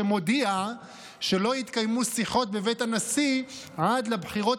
שמודיע שלא יתקיימו שיחות בבית הנשיא עד הבחירות